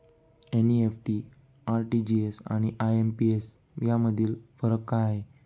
NEFT, RTGS आणि IMPS यामधील फरक काय आहे?